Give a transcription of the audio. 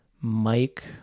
mike